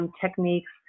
techniques